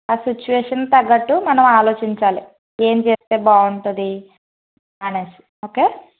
ఆ సిచ్యువేషన్ తగ్గట్టు మనం ఆలోచించాలి ఏం చేస్తే బాగుంటుంది అనేసి ఓకే